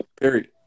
Period